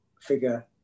figure